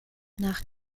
nach